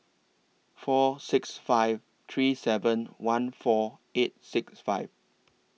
four six five three seven one four eight six five